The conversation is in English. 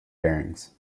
bearings